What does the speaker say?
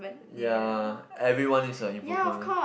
yea everyone is a improvement